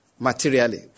materially